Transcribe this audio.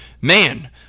man